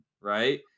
right